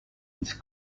ins